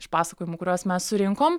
iš pasakojimų kuriuos mes surinkom